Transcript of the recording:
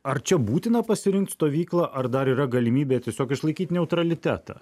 ar čia būtina pasirinkt stovyklą ar dar yra galimybė tiesiog išlaikyt neutralitetą